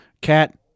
Cat